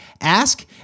ask